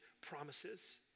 promises